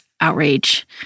outrage